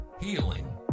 healing